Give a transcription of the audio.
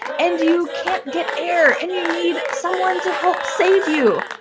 and you can't get air and you need someone to help save you,